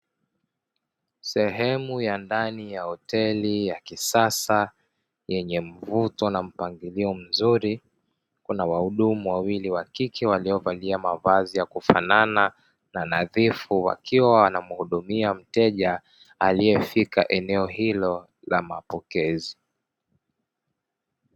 Sehemu ya ndani ya hoteli ya kisasa yenye mvuto na mpangilio mzuri. Kuna wahudumu wawili wa kike waliovalia mavazi ya kufanana na nadhifu, wakiwa wanamhudumia mteja aliyefika eneo hilo la mapokezi.